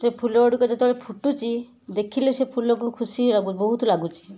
ସେ ଫୁଲ ଗୁଡ଼ିକ ଯେତେବେଳେ ଫୁଟୁଛି ଦେଖିଲେ ସେ ଫୁଲକୁ ଖୁସି ବହୁତ ଲାଗୁଛି